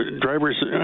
drivers